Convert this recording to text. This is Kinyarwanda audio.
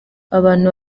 abantu